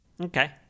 Okay